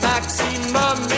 Maximum